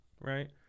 right